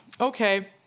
Okay